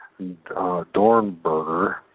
Dornberger